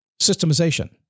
Systemization